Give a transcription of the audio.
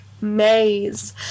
maze